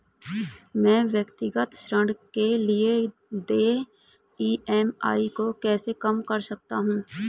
मैं व्यक्तिगत ऋण के लिए देय ई.एम.आई को कैसे कम कर सकता हूँ?